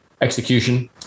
execution